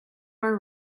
are